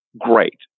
great